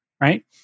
right